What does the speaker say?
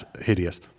hideous